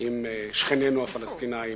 עם שכנינו הפלסטינים,